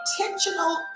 intentional